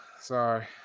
Sorry